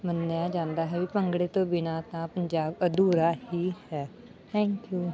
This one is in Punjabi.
ਮੰਨਿਆ ਜਾਂਦਾ ਹੈ ਵੀ ਭੰਗੜੇ ਤੋਂ ਬਿਨਾਂ ਤਾਂ ਪੰਜਾਬ ਅਧੂਰਾ ਹੀ ਹੈ ਥੈਂਕ ਯੂ